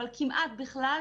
אבל כמעט בכלל